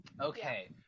Okay